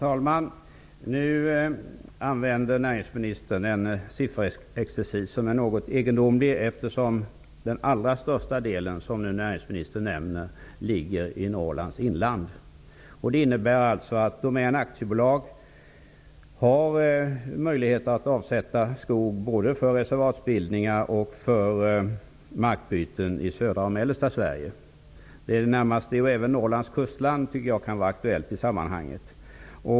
Herr talman! Näringsministern använder sig nu av en sifferexercis som är något egendomlig. Den allra största delen, som näringsministern nämner, ligger i Norrlands inland. Det innebär att Domän AB har möjlighet att avsätta skog både för reservatsbildningar och för markbyten i södra och mellersta Sverige. Jag tycker att även Norrlands kustland kan vara aktuellt i sammanhanget.